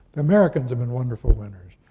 americans have been wonderful winners.